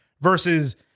versus